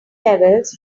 levels